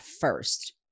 first